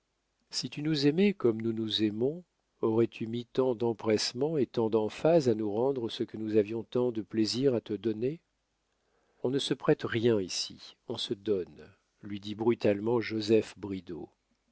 si tu nous aimais comme nous nous aimons aurais-tu mis tant d'empressement et tant d'emphase à nous rendre ce que nous avions tant de plaisir à te donner on ne se prête rien ici on se donne lui dit brutalement joseph bridau